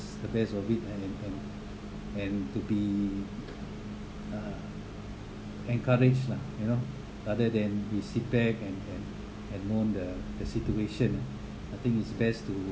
the best of it and and and and to be uh encouraged lah you know rather than we sit back and and moan the the situation uh I think it's best to